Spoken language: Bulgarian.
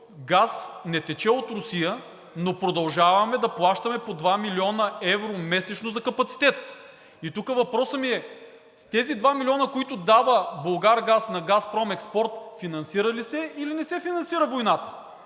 газ не тече от Русия, но продължаваме да плащаме по 2 млн. евро месечно за капацитет. И тук въпросът ми е: с тези 2 милиона, които дава „Булгаргаз“ на „Газпром експорт“, финансира ли се, или не се финансира войната?